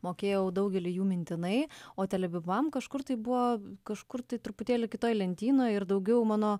mokėjau daugelį jų mintinai o telebimbam kažkur tai buvo kažkur tai truputėlį kitoj lentynoj ir daugiau mano